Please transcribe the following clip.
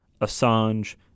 Assange